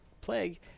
plague